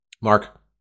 Mark